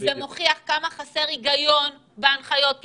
זה מוכיח כמה חסר היגיון בהנחיות.